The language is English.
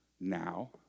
now